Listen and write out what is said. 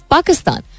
Pakistan